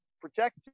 protect